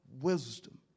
wisdom